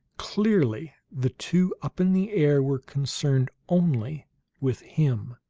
clearly the two up in the air were concerned only with him.